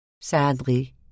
Sadly